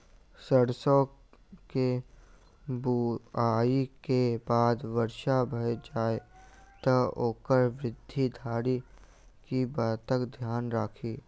सैरसो केँ बुआई केँ बाद वर्षा भऽ जाय तऽ ओकर वृद्धि धरि की बातक ध्यान राखि?